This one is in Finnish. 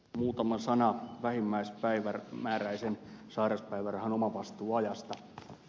muutama sana vähimmäismääräisen sairauspäivärahan omavastuuajasta